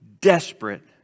desperate